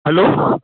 hello